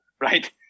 right